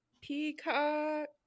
Peacock